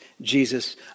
Jesus